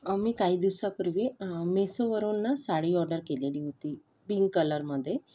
मी काही दिवसांपूर्वी मीसोवरून ना साडी ऑर्डर केलेली होती पिंक कलरमध्ये